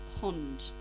pond